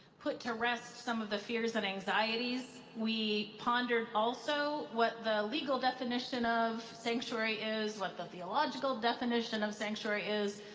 put to rest some of the fears and anxieties. we pondered also what the legal definition of sanctuary is, what the theological definition of sanctuary is,